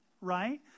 right